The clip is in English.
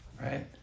Right